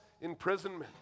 imprisonment